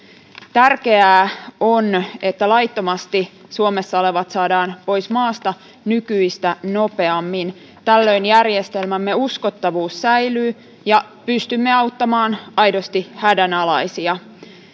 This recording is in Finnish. tärkeää on että laittomasti suomessa olevat saadaan pois maasta nykyistä nopeammin tällöin järjestelmämme uskottavuus säilyy ja pystymme auttamaan aidosti hädänalaisia